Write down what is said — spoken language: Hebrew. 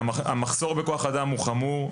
המחסור בכוח אדם הוא חמור.